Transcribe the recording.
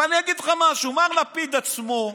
אבל אני אגיד לך משהו: מר לפיד עצמו,